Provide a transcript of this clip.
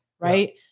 right